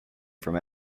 from